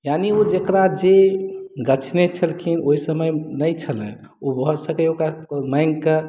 यानि ओ जकरा जे गछने छलखिन ओहि समय नहि छलनि ओ भऽ सकैए ओकरा ककरो माङ्गिके